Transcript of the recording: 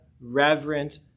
reverent